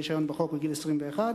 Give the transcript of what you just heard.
רשיון בחוק מגיל 21,